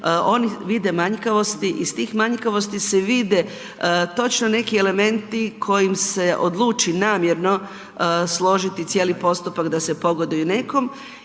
oni vide manjkavosti, iz tih manjkavosti se vide točno neki elementi kojim se odluči namjerno složiti cijeli postupak da se pogoduje nekom